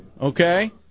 Okay